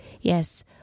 yes